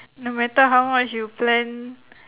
no matter how much you plan